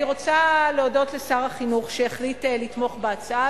אני רוצה להודות לשר החינוך שהחליט לתמוך בהצעה.